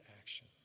action